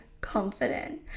confident